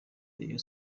rayon